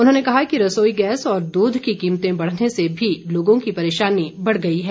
उन्होंने कहा कि रसोई गैस और दूध की कीमतें बढ़ने से भी लोगों की परेशानी बढ़ गई है